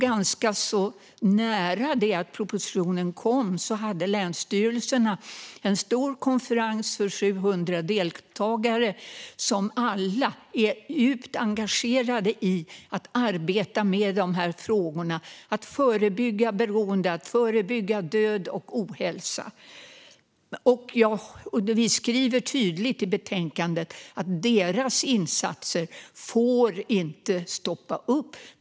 Ganska nära inpå att propositionen kom hade länsstyrelserna en stor konferens för 700 deltagare som alla var djupt engagerade i att arbeta med de här frågorna, att förebygga beroende och att förebygga död och ohälsa. Vi skriver tydligt i betänkandet att deras insatser inte får stanna upp.